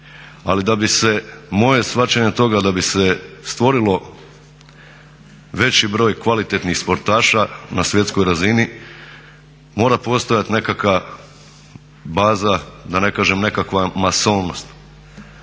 da bi se stvorilo veći broj kvalitetnih sportaša na svjetskoj razini mora postojati nekakva baza, da ne kažem nekakva masovnost.